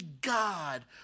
god